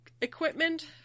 equipment